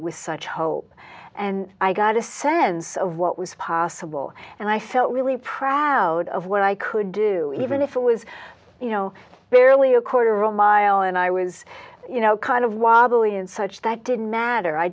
with such hope and i got a sense of what was possible and i felt really proud of what i could do even if it was you know barely a quarter a mile and i was you know kind of wobbly and such that didn't matter i